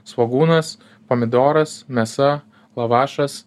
svogūnas pomidoras mėsa lavašas